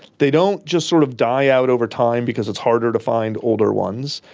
they don't just sort of die out over time because it's harder to find older ones,